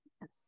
Yes